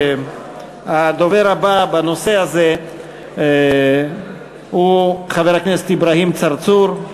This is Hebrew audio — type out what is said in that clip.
הדובר הבא בנושא הזה הוא חבר הכנסת אברהים צרצור.